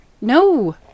no